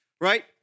right